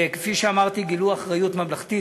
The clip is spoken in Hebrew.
וכפי שאמרתי, גילו אחריות ממלכתית.